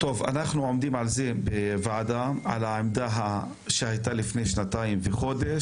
אנחנו עומדים בוועדה על העמדה שהייתה לפני שנתיים וחודש,